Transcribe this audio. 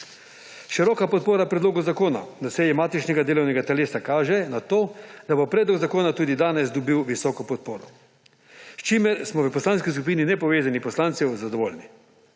Široka podpora predlogu zakona na seji matičnega delovnega telesa kaže na to, da bo predlog zakona tudi danes dobil visoko podporo, s čimer smo v Poslanski skupini nepovezanih poslancev zadovoljni.